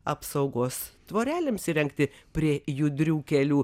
apsaugos tvorelėms įrengti prie judrių kelių